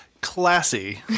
Classy